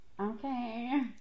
Okay